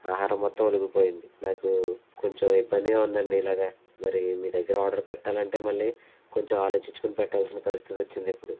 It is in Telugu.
ఆహారం మొత్తం ఒలిగిపోయింది నాకు కొంచెం ఇబ్బందిగా ఉందండి ఇలాగా మరి మీ దగ్గర ఆర్డర్ పెట్టాలంటే మళ్ళీ కొంచెం ఆలోచించుకొని పెట్టాల్సిన పరిస్థితి వచ్చింది ఇప్పుడు